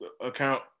account